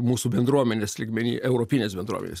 mūsų bendruomenės lygmeny europinės bendruomenės